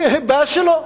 בעיה שלו.